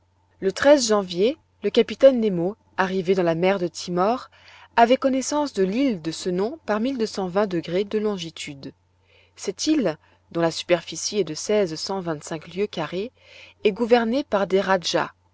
le janvier le capitaine nemo arrivé dans la mer de timor avait connaissance de l'île de ce nom par de longitude cette île dont la superficie est de seize cent vingt-cinq lieues carrées est gouvernée par des radjahs